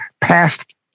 passed